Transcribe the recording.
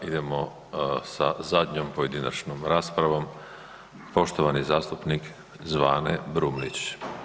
Idemo sa zadnjom pojedinačnom raspravom, poštovani zastupnik Zvane Brumnić.